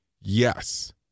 Yes